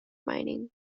mining